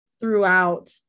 throughout